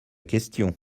question